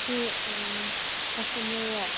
ꯁꯤ ꯀꯁꯇꯃꯔꯔꯣ